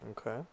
Okay